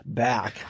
back